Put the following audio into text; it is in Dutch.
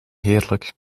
heerlijk